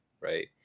right